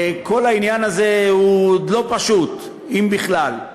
כל העניין הזה לא פשוט, אם בכלל.